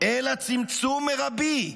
אלא צמצום מרבי,